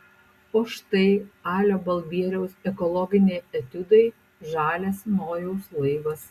o štai alio balbieriaus ekologiniai etiudai žalias nojaus laivas